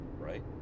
right